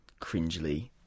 cringily